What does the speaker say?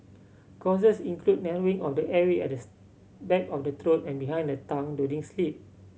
causes include narrowing of the airway at this back of the throat and behind the tongue during sleep